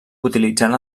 utilitzant